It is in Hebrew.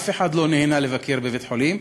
אף אחד לא נהנה לבקר בבית-חולים,